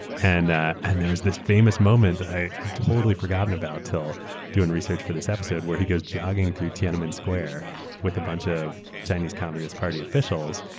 and and there was this famous moment i had totally forgotten about until doing research for this episode where he goes jogging through tiananmen square with a bunch of chinese communist party officials,